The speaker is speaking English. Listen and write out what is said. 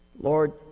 Lord